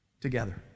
together